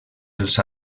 els